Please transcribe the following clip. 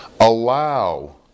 Allow